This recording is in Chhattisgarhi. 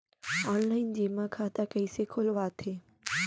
ऑनलाइन जेमा खाता कइसे खोलवाथे?